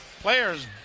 player's